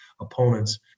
opponents